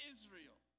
Israel